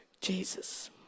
Jesus